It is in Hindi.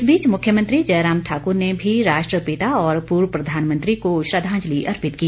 इस बीच मुख्यमंत्री जयराम ठाकुर ने भी राष्ट्रपिता और पूर्व प्रधानमंत्री को श्रद्धांजलि अर्पित की